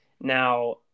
Now